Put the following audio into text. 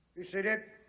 be seated.